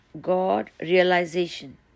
God-realization